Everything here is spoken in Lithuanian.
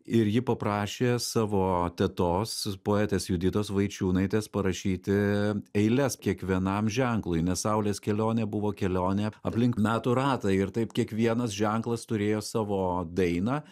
ir ji paprašė savo tetos poetės juditos vaičiūnaitės parašyti eiles kiekvienam ženklui nes saulės kelionė buvo kelionė aplink metų ratą ir taip kiekvienas ženklas turėjo savo dainą